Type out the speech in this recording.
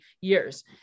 years